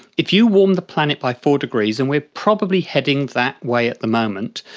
if you warm the planet by four degrees, and we are probably heading that way at the moment,